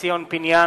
ציון פיניאן,